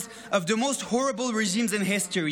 of the most horrible regimes in history.